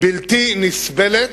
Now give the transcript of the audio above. בלתי נסבלת,